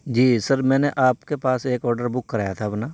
جی sir میں نے آپ کے پاس ایک آڈر بک کرایا تھا اپنا